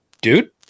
dude